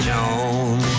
Jones